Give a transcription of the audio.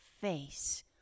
face